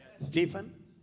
Stephen